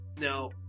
Now